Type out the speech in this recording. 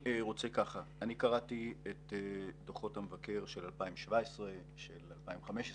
קראתי את דוחות המבקר של 2017 ושל 2015,